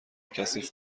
کثیف